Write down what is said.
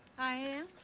i am.